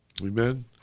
Amen